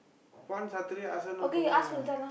one Saturday ask her not to work lah